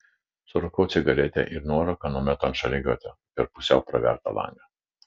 surūkau cigaretę ir nuorūką numetu ant šaligatvio per pusiau pravertą langą